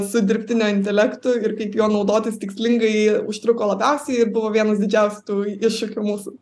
su dirbtiniu intelektu ir kaip juo naudotis tikslingai užtruko labiausiai ir buvo vienas didžiausių tų iššūkių mūsų